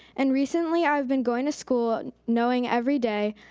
and recently i've been going to school knowing every day,